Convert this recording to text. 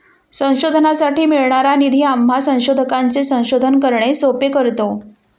संशोधनासाठी मिळणारा निधी आम्हा संशोधकांचे संशोधन करणे सोपे करतो